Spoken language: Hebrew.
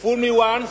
Fool me once,